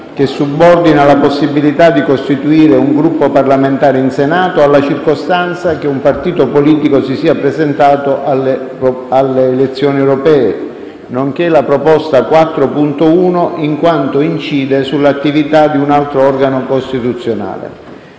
che subordina la possibilità di costituire un Gruppo parlamentare in Senato alla circostanza che un partito politico si sia presentato alle elezioni europee, nonché la proposta 4.1, in quanto incide sull'attività di un altro organo costituzionale.